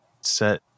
set